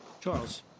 Charles